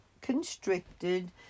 constricted